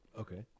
Okay